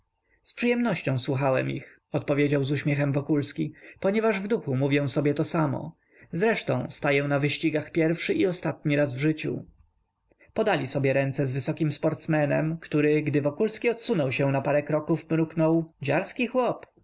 z przyjemnością słuchałem ich odpowiedział z uśmiechem wokulski ponieważ w duchu mówię sobie to samo zresztą staję na wyścigach pierwszy i ostatni raz w życiu podali sobie ręce z wysokim sportsmenem który gdy wokulski odsunął się na parę kroków mruknął dziarski chłop